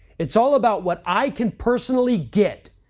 it's all about what i can personally get,